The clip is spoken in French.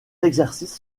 exercices